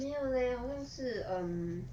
没有 leh 好像是 um